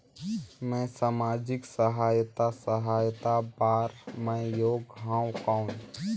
मैं समाजिक सहायता सहायता बार मैं योग हवं कौन?